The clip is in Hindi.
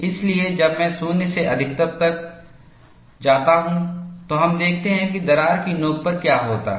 इसलिए जब मैं 0 से अधिकतम तक जाता हूं तो हम देखते हैं कि दरार की नोक पर क्या होता है